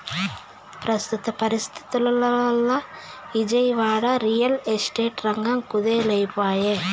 పెస్తుత పరిస్తితుల్ల Vijayawada, real estate రంగం కుదేలై పాయె